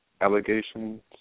allegations